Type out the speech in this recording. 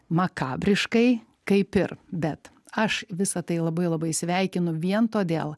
makabriškai kaip ir bet aš visa tai labai labai sveikinu vien todėl